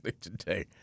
today